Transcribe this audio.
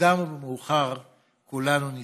במוקדם או במאוחר כולנו נטבע.